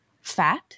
fat